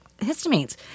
histamines